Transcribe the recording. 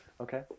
Okay